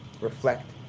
reflect